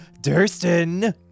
Durston